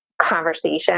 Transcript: conversation